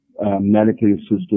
medically-assisted